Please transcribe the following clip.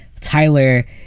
Tyler